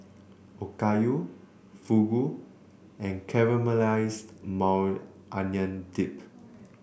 Okayu Fugu and Caramelized Maui Onion Dip